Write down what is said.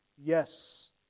yes